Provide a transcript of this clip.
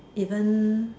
even